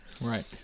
Right